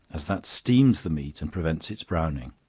as that steams the meat and prevents its browning